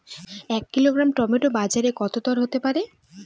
এক kilogram tomato বাজের দরকত হতে পারে?